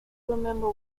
remember